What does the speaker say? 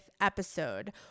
episode